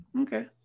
Okay